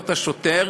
לא השוטר,